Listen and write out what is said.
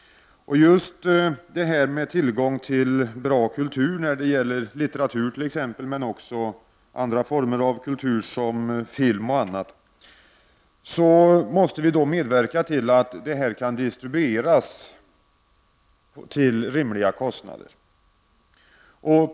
Just när det gäller tillgången till bra kultur, t.ex. litteratur, film och annat, måste vi medverka till att distributionen kan ske till rimliga kostnader.